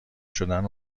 شدن